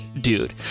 dude